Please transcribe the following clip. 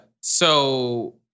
So-